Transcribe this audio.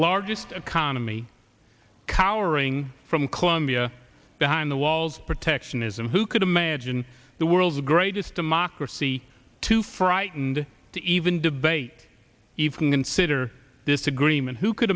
largest economy cowering from colombia behind the walls protectionism who could imagine the world's greatest democracy too frightened to even debate even consider this agreement who could